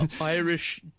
Irish